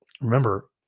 Remember